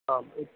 ആ